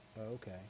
Okay